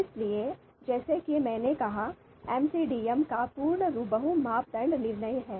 इसलिए जैसा कि मैंने कहा एमसीडीएम का पूर्ण रूप बहु मापदंड निर्णय है